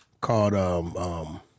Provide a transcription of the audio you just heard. called